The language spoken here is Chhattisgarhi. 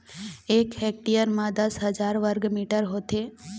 एक हेक्टेयर म दस हजार वर्ग मीटर होथे